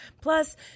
Plus